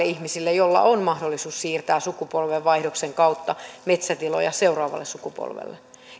ihmisille joilla on mahdollisuus siirtää sukupolvenvaihdoksen kautta metsätiloja seuraavalle sukupolvelle